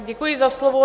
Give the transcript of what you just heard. Děkuji za slovo.